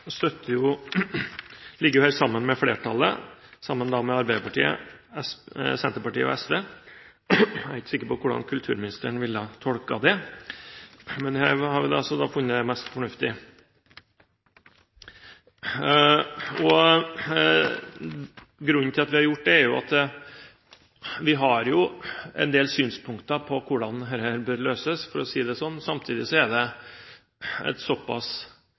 støtter her flertallet, Arbeiderpartiet, Senterpartiet og SV. Jeg er ikke sikker på hvordan kulturministeren ville tolket det, men her har vi altså funnet det mest fornuftig. Grunnen til at vi har gjort det, er at vi har en del synspunkter på hvordan dette bør løses, for å si det slik. Samtidig er det et såpass